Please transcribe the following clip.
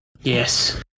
Yes